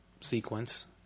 sequence